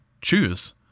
choose